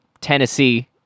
tennessee